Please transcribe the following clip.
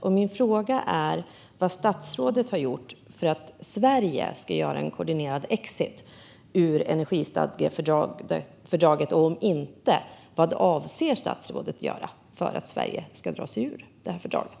Jag undrar vad statsrådet har gjort för att Sverige ska göra en koordinerad exit ur energistadgefördraget. Om han inte har gjort något undrar jag vad statsrådet avser att göra för att Sverige ska dra sig ur fördraget.